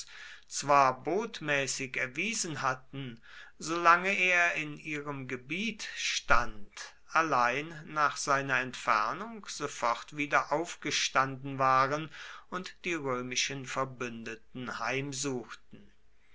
zwar botmäßig erwiesen hatten solange er in ihrem gebiet stand allein nach seiner entfernung sofort wieder aufgestanden waren und die römischen verbündeten heimsuchten